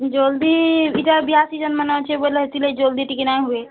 ଜଲଦି ଇଟା ବିହା ସିଜିନ୍ ମାନେ ଅଛି ବୋଲେ ସେଥିଲାଗି ଜଲଦି ଟିକେ ନା ହୁଏ